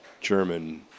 German